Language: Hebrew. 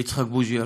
יצחק בוז'י הרצוג,